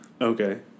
Okay